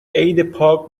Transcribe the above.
عیدپاک